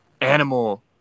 Animal